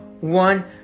one